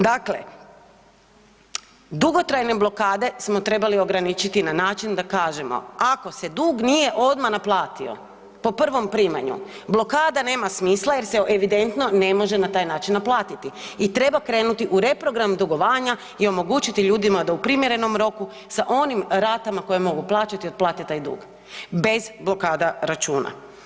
Dakle, dugotrajne blokade smo trebali ograničiti na način da se kaže, ako se dug nije odmah naplati po prvom primanju, blokada nema smisla jer se evidentno ne može na taj način naplatiti i treba krenuti u reprogram dugovanja i omogućiti ljudima da u primjerenom roku sa onim ratama koje mogu plaćati otplate taj dug, bez blokada računa.